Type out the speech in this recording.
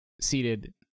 seated